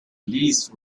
least